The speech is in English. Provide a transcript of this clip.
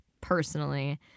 personally